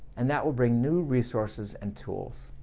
and that will bring new resources and tools.